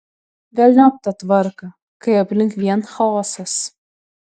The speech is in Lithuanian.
velniop tą tvarką kai aplink vien chaosas